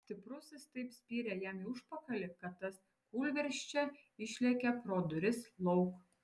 stiprusis taip spyrė jam į užpakalį kad tas kūlversčia išlėkė pro duris lauk